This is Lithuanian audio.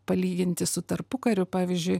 palyginti su tarpukariu pavyzdžiui